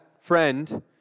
friend